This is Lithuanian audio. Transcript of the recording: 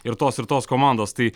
ir tos ir tos komandos tai